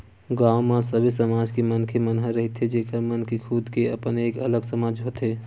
गाँव म सबे समाज के मनखे मन ह रहिथे जेखर मन के खुद के अपन एक अलगे समाज होथे